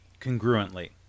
congruently